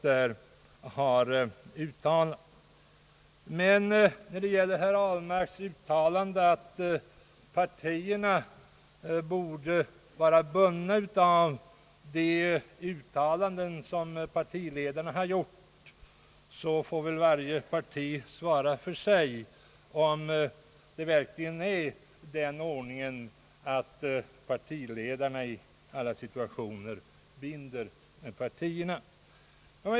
När det gäller herr Ahlmarks uttalande, att partierna borde vara bundna av de uttalanden som partiledarna har gjort, bör väl dock varje parti få svara för sig om det verkligen är den ordningen att partiledarna i alla situationer binder partierna.